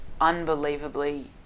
unbelievably